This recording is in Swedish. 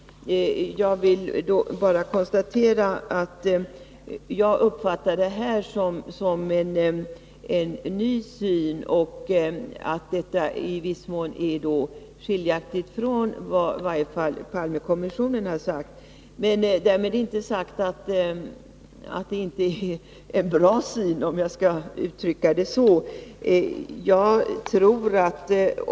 Jag vill bara konstatera att jag uppfattar detta som en ny syn och som skiljaktigt från vad i varje fall Palmekommissionen har anfört. Därmed inte sagt att det inte är en bra syn.